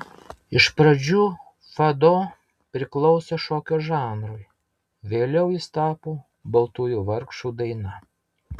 iš pradžių fado priklausė šokio žanrui vėliau jis tapo baltųjų vargšų daina